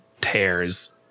tears